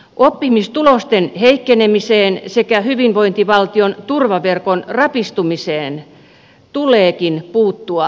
oppimistulosten heikkenemiseen sekä hyvinvointivaltion turvaverkon rapistumiseen tuleekin puuttua päättäväisesti